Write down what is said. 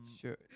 Sure